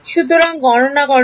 সুতরাং গণনা করো